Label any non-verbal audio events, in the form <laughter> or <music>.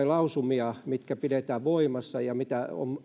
<unintelligible> lausumia jotka pidetään voimassa ja jotka on